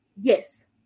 yes